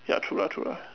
ya true lah true lah